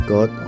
God